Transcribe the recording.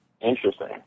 Interesting